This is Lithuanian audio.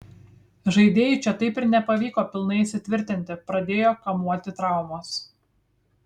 žaidėjui čia taip ir nepavyko pilnai įsitvirtinti pradėjo kamuoti traumos